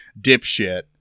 dipshit